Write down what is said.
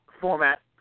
format